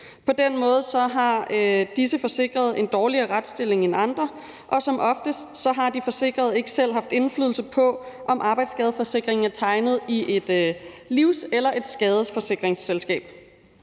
På den måde har disse forsikrede en dårligere retsstilling end andre, og som oftest har de forsikrede ikke selv haft indflydelse på, om arbejdsskadeforsikringen er tegnet i et livs- eller et skadesforsikringsselskab.